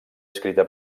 escrita